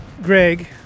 Greg